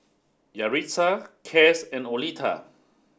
Yaritza Cass and Oleta